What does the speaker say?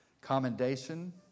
commendation